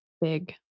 big